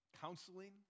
Counseling